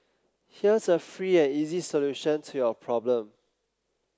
here's a free and easy solution to your problem